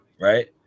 right